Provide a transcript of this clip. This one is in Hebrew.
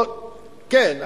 כן,